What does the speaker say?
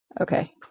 Okay